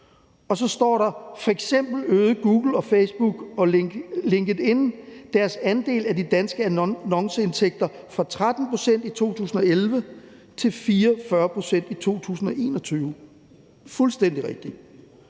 Og så står der: »F.eks. øgede Google, Facebook og LinkedIn deres andel af de danske annonceindtægter fra 13 procent i 2011 til 44 procent i 2021.« Det er fuldstændig rigtigt.